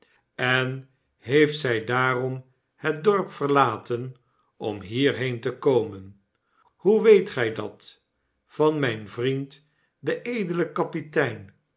en heeft zij daarom het dorp verlaten om hierheen te komen hoe weet gij dat van mijn vriend den edelen kapitein